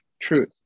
truth